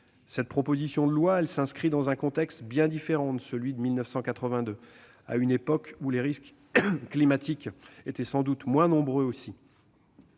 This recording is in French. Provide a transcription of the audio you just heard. Cette proposition de loi s'inscrit dans un contexte bien différent de celui de 1982, à une époque où les risques climatiques étaient sans doute moins nombreux aussi